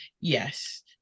Yes